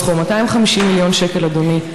מתנגדים, אין נמנעים.